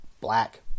Black